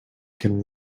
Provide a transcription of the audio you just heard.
can